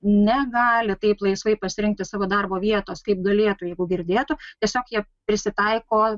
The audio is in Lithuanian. negali taip laisvai pasirinkti savo darbo vietos kaip galėtų jeigu girdėtų tiesiog jie prisitaiko